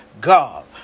God